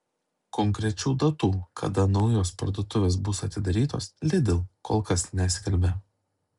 konkrečių datų kada naujos parduotuvės bus atidarytos lidl kol kas neskelbia